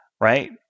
Right